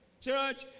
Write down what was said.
Church